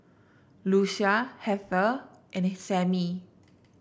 Lucia Heather and Samie